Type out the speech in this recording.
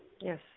Yes